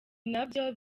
nabyo